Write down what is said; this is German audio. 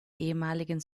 ehemaligen